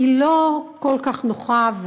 היא לא כל כך נוחה.